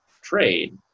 trade